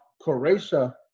Croatia